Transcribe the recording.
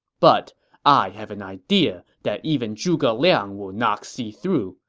but i have an idea that even zhuge liang will not see through.